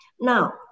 Now